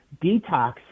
detox